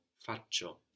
Faccio